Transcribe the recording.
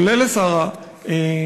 כולל לשר השיכון,